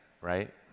right